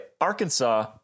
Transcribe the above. Arkansas